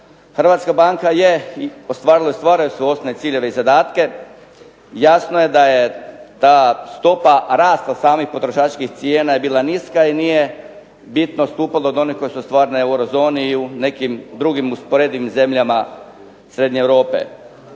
HNB je i ostvarila svoje osnovne ciljeve i zadatke. Jasno je da je ta stopa rasta samih potrošačkih cijena je bila niska i nije bitno odstupala od onih koji su stvarno euro zoni i nekim drugim usporedivim zemljama srednje Europe.